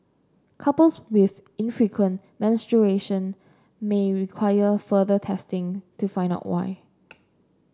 couples with infrequent menstruation may require further testing to find out why